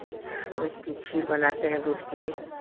उसकी खीर बनाते हैं दूध की